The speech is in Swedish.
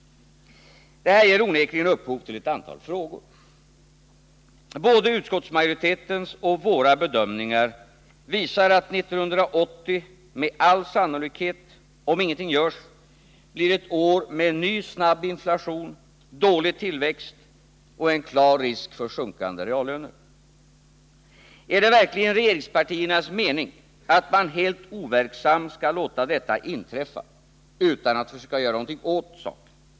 Det här ger onekligen upphov till ett antal frågor. Både utskottsmajoritetens och våra bedömningar visar att 1980, om ingenting görs, med all sannolikhet blir ett år med ny, snabb inflation, dålig tillväxt och en klar risk för sjunkande reallöner. Är det verkligen regeringspartiernas mening att man helt overksam skall låta detta inträffa utan att försöka göra något åt saken?